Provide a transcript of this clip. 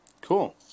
Cool